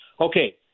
Okay